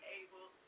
able